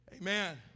Amen